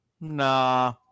nah